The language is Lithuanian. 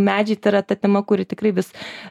medžiai tai yra ta tema kuri tikrai vis